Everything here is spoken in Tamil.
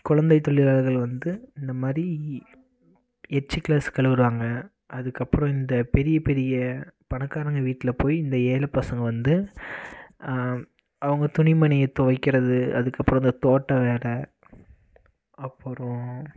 குழந்தை தொழிலாளர்கள் வந்து இந்த மாதிரி எச்சில் கிளாஸ் கழுவுகிறாங்க அதுக்கப்புறம் இந்த பெரிய பெரிய பணக்காரங்க வீட்டில் போய் இந்த ஏழை பசங்க வந்து அவங்க துணிமணியை துவைக்கிறது அதுக்கு அப்புறம் அந்த தோட்ட வேலை அப்புறம்